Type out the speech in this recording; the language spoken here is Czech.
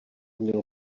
měl